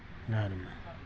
घरमे